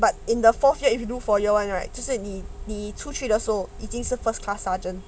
but in the fourth year if you do for year one right 就是你你出去的时候已经是 first class sergeant